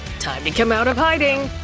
time to come out of hiding.